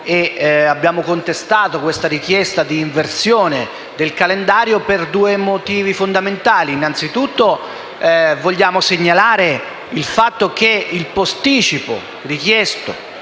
Abbiamo contestato la richiesta di inversione del calendario per due motivi fondamentali. Innanzi tutto vogliamo segnalare il fatto che il posticipo richiesto